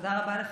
תודה לך,